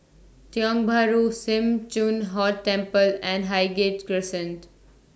Tiong Bahru SIM Choon Huat Temple and Highgate Crescent